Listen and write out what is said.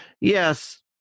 Yes